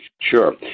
Sure